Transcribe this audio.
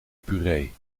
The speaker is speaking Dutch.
puree